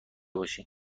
باشی